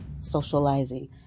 socializing